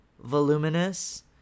voluminous